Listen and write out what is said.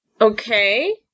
Okay